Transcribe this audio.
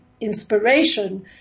inspiration